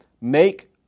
Make